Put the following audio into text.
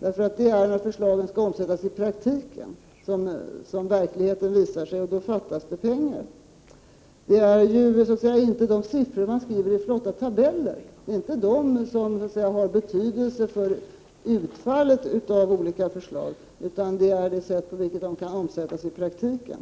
Det är när förslagen skall omsättas i praktiken som verkligheten visar sig — och då fattas det pengar. Det är inte de siffror man skriver i flotta tabeller som har betydelse för utfallet av olika förslag, utan det är det sätt på vilket de kan omsättas i praktiken.